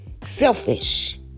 selfish